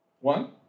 One